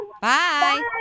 Bye